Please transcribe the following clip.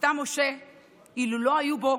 סתם משה אילו לא היו בו